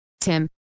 Tim